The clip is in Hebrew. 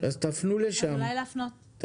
תפנו לשם.